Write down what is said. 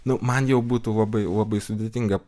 nu man jau būtų labai labai sudėtinga